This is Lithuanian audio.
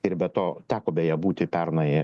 ir be to teko beje būti pernai